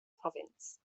province